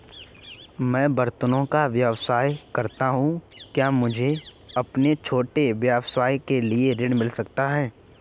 मैं बर्तनों का व्यवसाय करता हूँ क्या मुझे अपने छोटे व्यवसाय के लिए ऋण मिल सकता है?